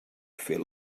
fer